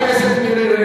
לך מותר לדבר בהפגנות.